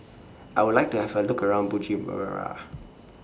I Would like to Have A Look around Bujumbura